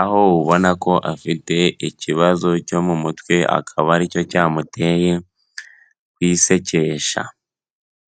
aho ubona ko afite ikibazo cyo mu mutwe akaba aricyo cyamuteye kwisekesha.